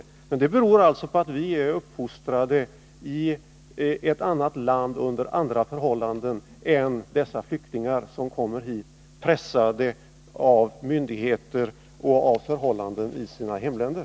Skillnaden i det avseendet beror på att vi är fostrade i ett annat land och under andra förhållanden än flyktingarna som kommer hit och som är pressade av myndigheterna och förhållandena i sina hemländer.